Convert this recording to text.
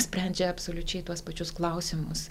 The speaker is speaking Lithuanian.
sprendžia absoliučiai tuos pačius klausimus